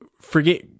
forget